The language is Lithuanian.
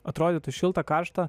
atrodytų šilta karšta